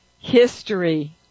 history